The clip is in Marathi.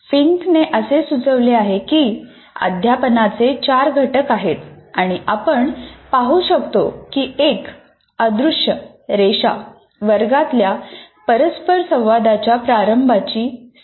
फिंकने असे सुचविले आहे की अध्यापनाचे चार घटक आहेत आणि आपण पाहू शकतो की एक रेषा वर्गातल्या परस्परसंवादाच्या प्रारंभाची सीमा दर्शवते